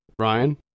Ryan